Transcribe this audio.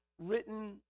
written